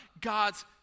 God's